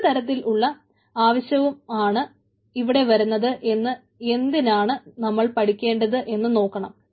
ഏതുതരത്തിലുള്ള ആവശ്യമാണ് ഇവിടെ വരുന്നത് എന്നും എന്തിനെയാണ് നമ്മൾ പഠിക്കേണ്ടത് എന്ന് നോക്കണം